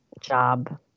job